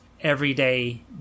everyday